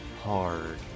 hard